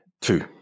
Two